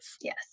Yes